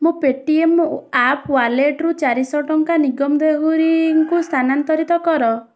ମୋ Paytm app ୱାଲେଟରୁ ଚାରିଶହ ଟଙ୍କା ନିଗମ ଦେହୁରୀ ଙ୍କୁ ସ୍ଥାନାନ୍ତରିତ କର